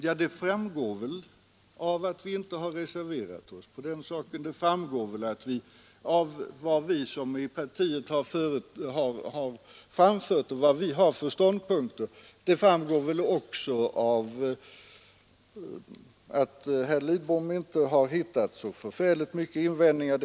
Ja, det framgår väl av att vi inte reserverat oss beträffande detta. Vad vårt parti har för ståndpunkter framgår också av att herr Lidbom inte hittat så förfärligt mycket invändningar.